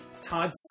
Todd